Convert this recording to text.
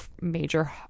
major